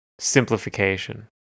Simplification